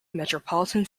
metropolitan